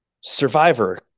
survivor